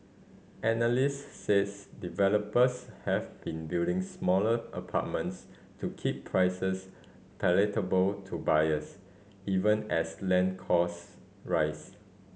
analysts says developers have been building smaller apartments to keep prices palatable to buyers even as land costs rise